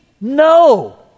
no